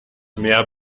mehr